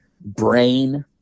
brain